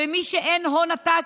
כשאין הון עתק,